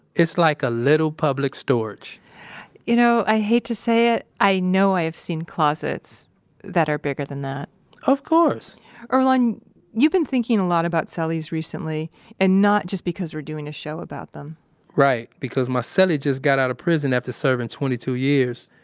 it's like a little public storage you know, i hate to say it. i know i have seen closets that are bigger than that of course earlonne you've been thinking a lot about cellies recently and not just because we're doing a show about them right, because my so cellie just got out of prison after serving twenty two years,